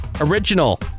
original